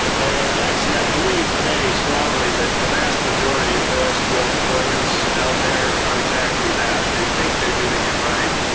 and actually, i believe today strongly that the vast majority of nosql deployments out there are exactly that. they think they're doing it right.